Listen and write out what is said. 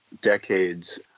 decades